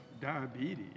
diabetes